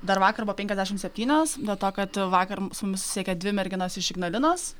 dar vakar buvo penkiasdešim septynios dėl to kad vakar su mumis susisiekė dvi merginos iš ignalinos